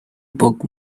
book